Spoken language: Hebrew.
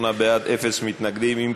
88 בעד, אין מתנגדים, נמנע אחד.